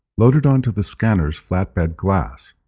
load it onto the scanner's flatbed glass.